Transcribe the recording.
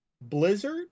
blizzard